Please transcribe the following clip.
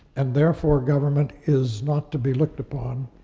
and therefore, government is not to be looked upon